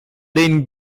den